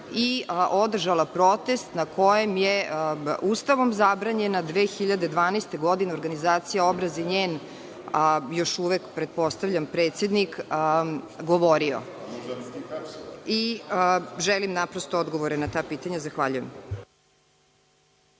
i održala protest na kojem je Ustavom zabranjena 2012. godine organizacija „Obraz“ i njen, još uvek pretpostavljam predsednik govorio. Želim naprosto odgovore na ta pitanja. Zahvaljujem.